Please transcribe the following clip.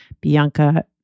Bianca